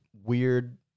weird